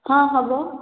ହଁ ହେବ